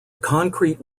concrete